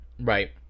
Right